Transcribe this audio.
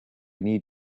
need